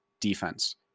Defense